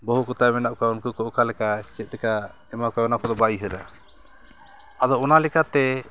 ᱵᱟᱹᱦᱩ ᱠᱚᱛᱟᱭ ᱢᱮᱱᱟᱜ ᱠᱚᱣᱟ ᱩᱱᱠᱩ ᱠᱚ ᱚᱠᱟ ᱞᱮᱠᱟ ᱪᱮᱫ ᱞᱮᱠᱟ ᱮᱢᱟ ᱠᱚᱣᱟ ᱚᱱᱟ ᱠᱚᱫᱚ ᱵᱟᱭ ᱩᱭᱦᱟᱹᱨᱟ ᱟᱫᱚ ᱚᱱᱟ ᱞᱮᱠᱟᱛᱮ